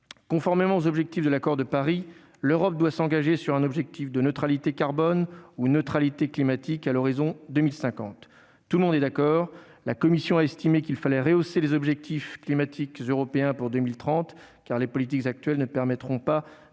Conformément aux objectifs de l'accord de Paris, l'Europe- tout le monde en est d'accord -doit s'engager sur un objectif de neutralité carbone ou neutralité climatique à l'horizon 2050. La Commission a estimé qu'il fallait rehausser les objectifs climatiques européens pour 2030, car les politiques actuelles ne permettront de